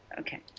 okay,